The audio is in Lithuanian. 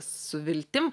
su viltim